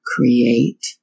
create